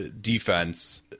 defense